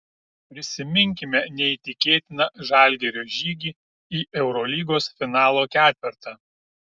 prisiminkime neįtikėtiną žalgirio žygį į eurolygos finalo ketvertą